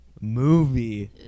movie